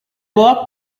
walked